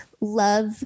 love